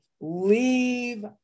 Leave